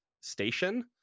station